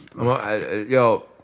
Yo